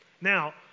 Now